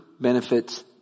benefits